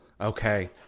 okay